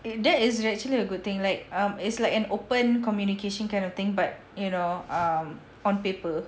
eh that is actually a good thing like um it's like an open communication kind of thing but you know um on paper